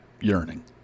yearning